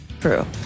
true